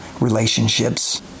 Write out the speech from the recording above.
relationships